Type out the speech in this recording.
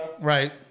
Right